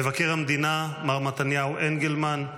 מבקר המדינה מר מתניהו אנגלמן,